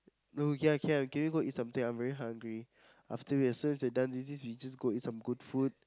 no yeah yeah can we go eat something I'm very hungry after we are soon as we are done with this we just go and eat some good food